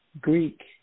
Greek